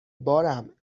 بارم